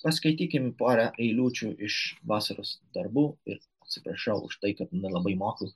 paskaitykim porą eilučių iš vasaros darbų ir atsiprašau už tai kad nelabai moku